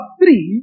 three